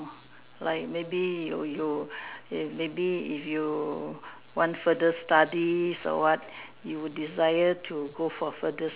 like maybe you you maybe if you want further studies or what you desire to go for further